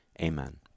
Amen